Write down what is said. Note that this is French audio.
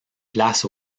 place